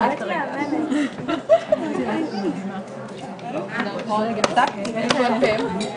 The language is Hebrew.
12:19.